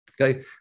Okay